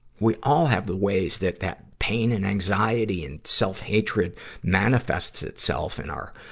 we all have the ways that that pain and anxiety and self-hatred manifests itself in our,